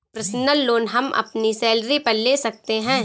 personal loan हम अपनी salary पर ले सकते है